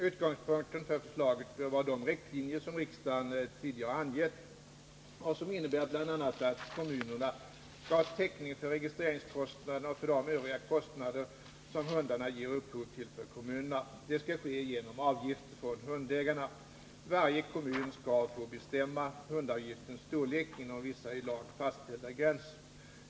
Utgångspunkten för förslaget bör vara de riktlinjer som riksdagen tidigare har angett och som innebär bl.a. att kommunerna skall ha täckning för registreringskostnaderna och för de övriga kostnader som hundarna ger upphov till för kommunerna. Detta skall ske genom avgifter från hundägarna. Varje kommun skall få bestämma hundavgiftens storlek inom vissa i lag fastställda gränser.